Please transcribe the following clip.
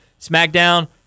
SmackDown